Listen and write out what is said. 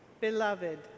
Beloved